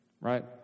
Right